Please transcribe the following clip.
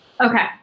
Okay